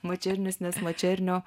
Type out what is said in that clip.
mačernis nes mačernio